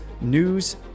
news